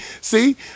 see